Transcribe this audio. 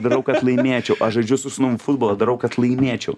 darau kad laimėčiau aš žaidžiu su sūnum futbolą darau kad laimėčiau